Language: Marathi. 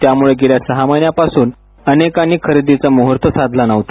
त्यामुळे गेल्या सहा महिन्यांपासून अनेकांनी खरेदीचा मुहूर्त साधला नव्हता